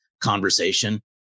conversation